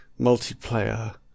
multiplayer